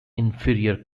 inferior